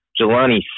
Jelani